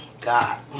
God